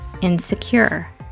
insecure